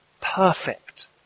Perfect